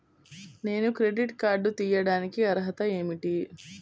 నేను credit card తీయడానికి అర్హత ఏమిటి?